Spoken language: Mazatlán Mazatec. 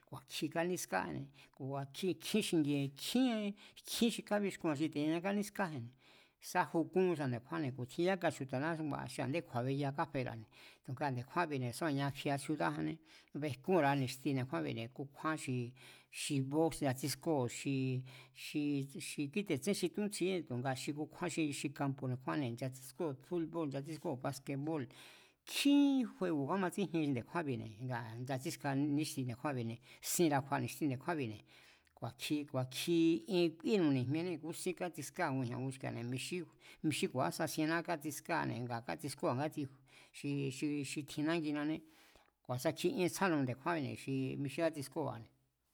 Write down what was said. Ku̱a̱kji kánískáji̱n ku̱ ku̱a̱kji, nkjínxingi̱ji̱n, nkjín, nkjín xi kábiexkuan xi te̱ña kánískáji̱nne̱ sáju kún ísa nde̱kjúánne̱ ku̱ tjin yáka chju̱ta̱ná xi a̱nde kju̱a̱beya káfera̱ nde̱kjúánbine̱, sá ku̱nia siudájané bejkúnra̱a ni̱xti nde̱kjúánbi̱ne̱ kukjúán xi, xi box nchatsískóo̱ xi, xi kíte̱ tsen xi túntsjijínne̱ tu̱nga xi kukjúan xi kampu̱ nde̱kjúánne̱, nchatsískóo̱ búlbóo̱l, nchatsískóo̱ baskeból, nkjín juego̱ kámatsíjien xi nde̱kjúánbine̱ ngaa̱ a̱ nchatsíska níxti nde̱kjúánbi̱, sinra̱ kju̱a̱ ni̱xti nde̱kjúánbi̱ne̱. Ku̱a̱kji ku̱a̱kji ien kúíenu̱ ni̱jmienée̱ kúsín kátsikáa ngujña̱ nguski̱a̱ne̱ mi xí, mi xí ku̱a̱ ásasiená kátsiskáane̱ ngaa̱ kátsiskóo̱a ngátsi, ngátsi xi, xi tjin nanginanné, ku̱a̱sakji ien tsjánu̱ nde̱kjúánne̱ xi mi xí kátsiskóo̱ane̱